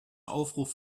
aufruf